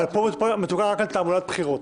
רק על תעמולת בחירות.